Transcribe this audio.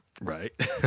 Right